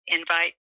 invite